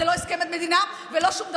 זה לא הסכם עד מדינה ולא שום דבר.